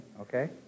okay